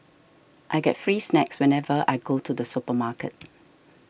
I get free snacks whenever I go to the supermarket